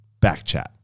backchat